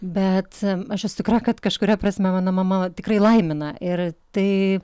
bet aš esu tikra kad kažkuria prasme mano mama tikrai laimina ir tai